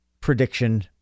prediction